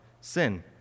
sin